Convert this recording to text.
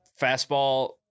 fastball